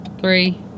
three